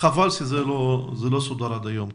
וחבל שזה לא סודר עד היום.